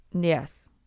Yes